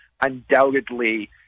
undoubtedly